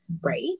right